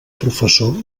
professor